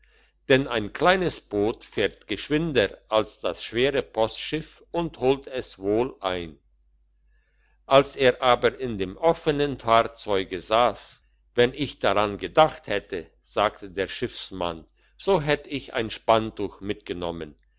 denn ein kleines boot fährt geschwinder als das schwere postschiff und holt es wohl ein als er aber in dem offenen fahrzeuge sass wenn ich daran gedacht hätte sagte der schiffsmann so hätt ich ein spanntuch mitgenommen